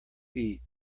eat